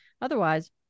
Otherwise